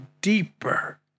deeper